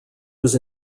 was